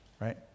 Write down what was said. right